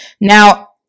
Now